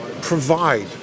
provide